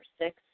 six